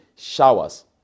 Showers